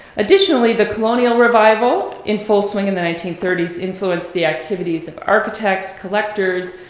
additionally, the colonial revival, in full swing in the nineteen thirty s, influenced the activities of architects, collectors,